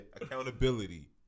Accountability